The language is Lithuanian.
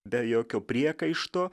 be jokio priekaišto